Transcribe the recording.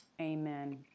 Amen